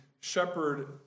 shepherd